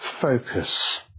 focus